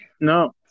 no